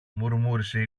μουρμούρισε